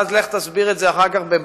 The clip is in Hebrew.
כולנו היינו פה יחד בצבא.